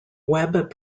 web